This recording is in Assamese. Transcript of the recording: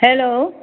হেল্ল'